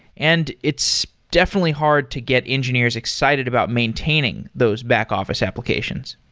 and it's definitely hard to get engineers excited about maintaining those back-office applications.